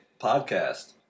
podcast